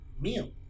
meal